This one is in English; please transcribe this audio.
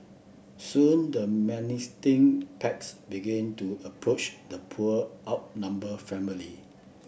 soon the packs begin to approach the poor outnumbered family